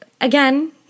again